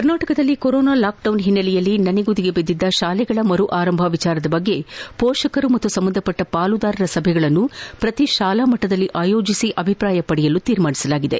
ಕರ್ನಾಟಕದಲ್ಲಿ corona lockdown ಓನ್ನೆಲೆಯಲ್ಲಿ ನನೆಗುದಿಗೆ ಬಿದ್ದಿದ್ದ ಶಾಲೆಗಳ ಮರು ಆರಂಭ ವಿಷಯದ ಬಗ್ಗೆ ಪೋಷಕರು ಮತ್ತು ಸಂಬಂಧಿಸಿದ ಪಾಲುದಾರರ ಸಭೆಗಳನ್ನು ಪ್ರತಿ ಶಾಲೆಯ ಮಟ್ಟದಲ್ಲಿ ಆಯೋಜಿಸಿ ಆಭಿಪ್ರಾಯ ಪಡೆಯಲು ತೀರ್ಮಾನಿಸಲಾಗಿದೆ